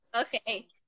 Okay